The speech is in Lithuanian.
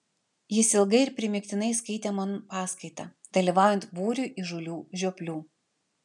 jis ilgai ir primygtinai skaitė man paskaitą dalyvaujant būriui įžūlių žioplių